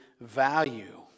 value